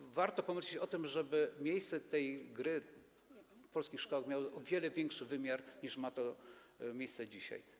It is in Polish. I warto pomyśleć o tym, żeby obecność tej gry w polskich szkołach miała o wiele większy wymiar, niż ma to miejsce dzisiaj.